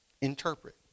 interpret